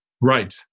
Right